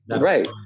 Right